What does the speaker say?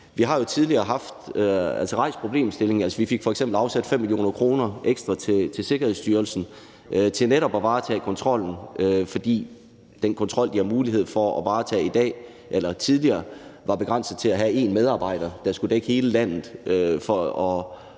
vi har jo tidligere rejst problemstillingen. Vi fik f.eks. afsat 5 mio. kr. ekstra til Sikkerhedsstyrelsen til netop at varetage kontrollen, fordi den kontrol, de havde mulighed for at varetage tidligere, var begrænset til at have én medarbejder, der skulle dække hele landet